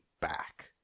back